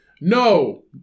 No